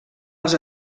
els